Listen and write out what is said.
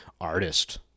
artist